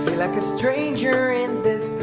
like a stranger in this